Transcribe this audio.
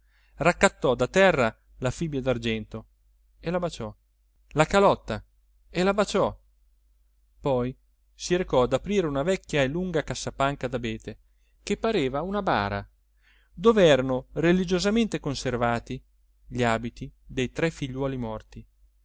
raccattò da terra la fibbia d'argento e la baciò la calotta e la baciò poi si recò ad aprire una vecchia e lunga cassapanca d'abete che pareva una bara dov'erano religiosamente conservati gli abiti dei tre figliuoli morti